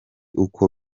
uko